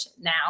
now